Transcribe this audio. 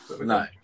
No